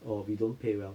orh we don't pay well